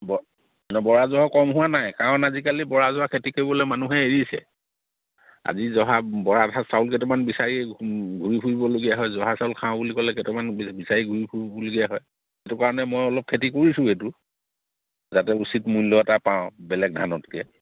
ব বৰা জহা কম হোৱা নাই কাৰণ আজিকালি বৰা জহা খেতি কৰিবলৈ মানুহে এৰিছে আজি জহা বৰা ধা চাউল কেইটামান বিচাৰি ঘূৰি ফূৰিবলগীয়া হয় জহা চাউল খাওঁ বুলি ক'লে কেইটামান বিচাৰি ঘূৰি ফুৰিবলগীয়া হয় সেইটো কাৰণে মই অলপ খেতি কৰিছোঁ এইটো যাতে উচিত মূল্য এটা পাওঁ বেলেগ ধানতকৈ